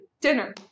dinner